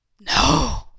No